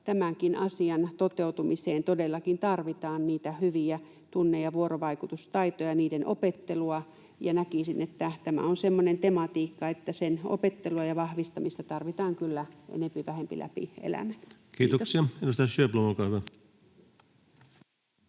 tämänkin asian toteutumiseen todellakin tarvitaan niitä hyviä tunne‑ ja vuorovaikutustaitoja ja niiden opettelua, ja näkisin, että tämä on semmoinen tematiikka, että sen opettelua ja vahvistamista tarvitaan kyllä enempi vähempi läpi elämän. — Kiitos. [Speech 143] Speaker: